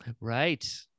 Right